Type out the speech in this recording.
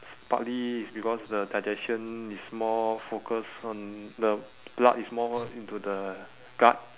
it's partly is because the digestion is more focused on the blood is more into the gut